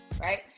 right